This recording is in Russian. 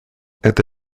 это